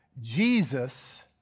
Jesus